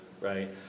right